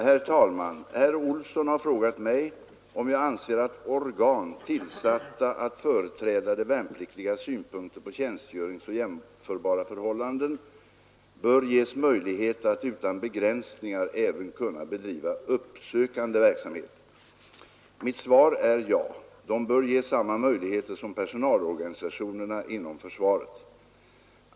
Herr talman! Herr Olsson i Stockholm har frågat mig om jag anser att organ tillsatta att företräda de värnpliktigas synpunkter på tjänstgöringsoch jämförbara förhållanden bör ges möjlighet att utan begränsningar även bedriva uppsökande verksamhet. Mitt svar är ja. De bör ges samma möjligheter som personalorganisationerna inom försvaret.